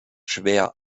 schwer